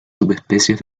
subespecies